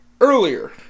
earlier